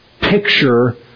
picture